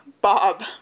Bob